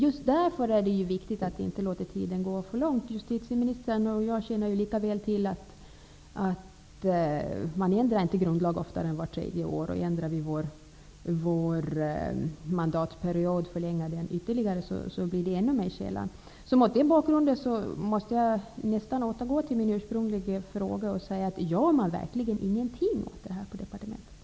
Just därför är det viktigt att vi inte låter tiden gå. Justitieministern och jag känner ju till att man inte ändrar grundlag oftare än vart tredje år. Om vi ändrar vår mandatperiod och förlänger den ytterligare blir det ännu mer sällan. Mot den bakgrunden måste jag återgå till min ursprungliga fråga: Gör man verkligen ingenting åt detta på departmentet?